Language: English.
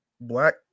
black